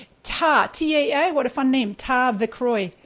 taa, t a a, what a fun name taa vicrow,